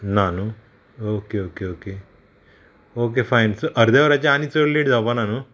ना न्हू okay okay okay okay fine so अर्द्या वराचे आनी चड लेट जावपा ना न्हू